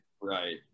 Right